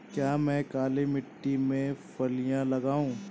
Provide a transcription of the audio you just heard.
क्या मैं काली मिट्टी में फलियां लगाऊँ?